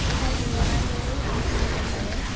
hi everyone, i'm baylee. i'm from newport harbor.